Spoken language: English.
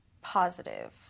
positive